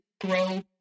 grow